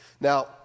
Now